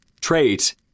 trait